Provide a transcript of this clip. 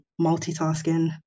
multitasking